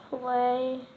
play